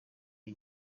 iyi